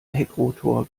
heckrotor